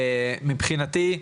מבחינתי,